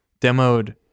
demoed